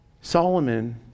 solomon